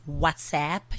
WhatsApp